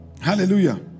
Hallelujah